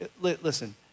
Listen